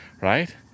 right